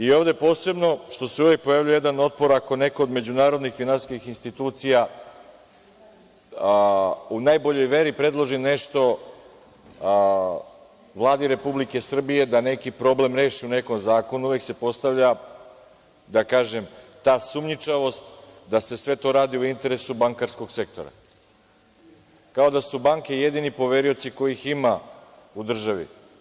Ovde posebno, što se uvek pojavljuje jedan otpor, ako je neko od međunarodnih finansijskih institucija, u najboljoj meri predložio nešto Vladi Republike Srbije da neki problem reši u nekom zakonu, uvek se postavlja, da kažem, ta sumnjičavost, da se sve to radi u interesu bankarskog sektora, kao da su banke jedini poverioci kojih ima u državi.